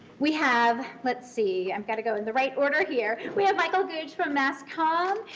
we have let's see, i've got to go in the right order here. we have michael gouge from mass comm,